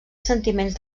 sentiments